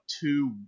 two